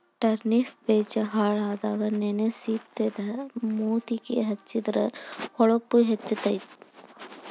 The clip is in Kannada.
ಟರ್ನಿಪ್ ಬೇಜಾ ಹಾಲದಾಗ ನೆನಸಿ ತೇದ ಮೂತಿಗೆ ಹೆಚ್ಚಿದ್ರ ಹೊಳಪು ಹೆಚ್ಚಕೈತಿ